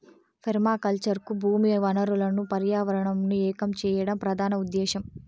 permaculture కు భూమి వనరులను పర్యావరణంను ఏకం చేయడం ప్రధాన ఉదేశ్యం